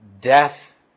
death